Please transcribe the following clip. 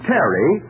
Terry